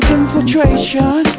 Infiltration